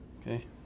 Okay